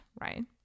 right